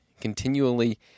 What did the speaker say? continually